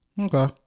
Okay